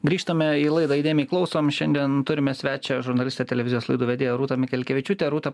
grįžtame į laidą įdėmiai klausom šiandien turime svečią žurnalistę televizijos laidų vedėją rūtą mikelkevičiūtę rūta